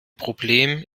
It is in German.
problem